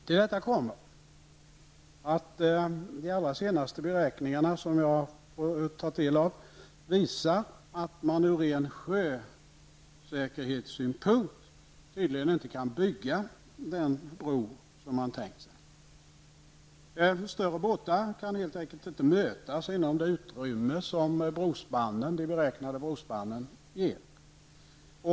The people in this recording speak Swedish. Till detta kommer att de allra senaste beräkningarna visar att man ur ren sjösäkerhetssynpunkt tydligen inte kan bygga bron som man tänkt sig. Större båtar kan helt enkelt inte mötas inom det utrymme som den beräknade brospannen ger.